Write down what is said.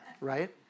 right